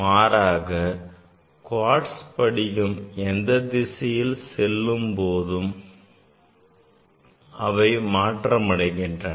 மாறாக குவார்ட்ஸ் படிகம் உள்ள திசையில் செல்லும் போது அவை மாற்றமடைகின்றன